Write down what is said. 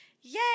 yay